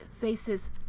faces